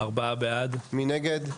מי נגד?